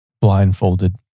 blindfolded